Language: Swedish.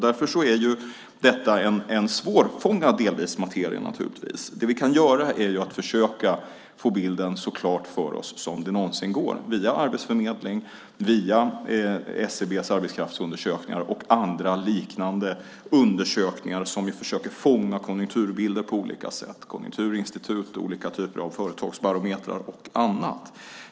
Därför är detta naturligtvis en delvis svårfångad materia. Det vi kan göra är att försöka få bilden så klar för oss som det någonsin går via Arbetsförmedlingen, via SCB:s arbetskraftsundersökningar, Konjunkturinstitutet, olika typer av företagsbarometrar och andra liknande undersökningar som försöker fånga konjunkturbilder på olika sätt.